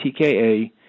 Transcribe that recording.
TKA